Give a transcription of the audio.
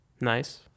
Nice